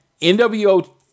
NWO